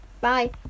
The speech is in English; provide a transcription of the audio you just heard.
Bye